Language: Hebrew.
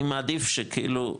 אני מעדיף שכאילו,